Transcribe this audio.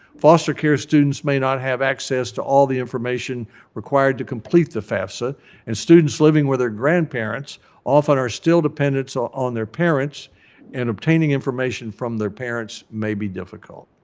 foster care students may not have access to all the information required to complete the fafsa and students living with their grandparents often are still dependent so on their parents and obtaining information from their parents may be difficult.